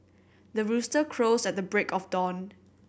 the rooster crows at the break of dawn